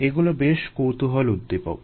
এগুলো বেশ কৌতুহলোদ্দীপক